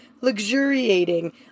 luxuriating